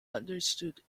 understood